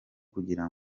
kugira